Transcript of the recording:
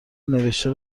نوشته